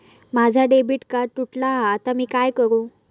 माझा debit card तुटला हा आता मी काय करू?